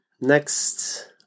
next